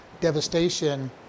devastation